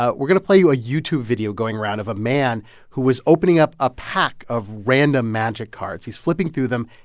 we're going to play you a youtube video going around of a man who was opening up a pack of random magic cards. he's flipping through them,